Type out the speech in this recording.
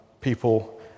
people